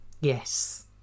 yes